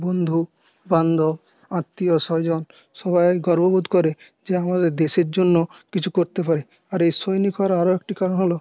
বন্ধু বান্ধব আত্মীয় স্বজন সবাই গর্ববোধ করে যে আমরা দেশের জন্য কিছু করতে পারি আর এই সৈনিক হওয়ার আরও একটি কারণ হল